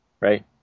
right